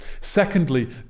Secondly